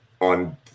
on